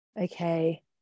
okay